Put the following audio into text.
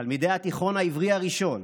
תלמידי התיכון העברי הראשון,